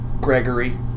Gregory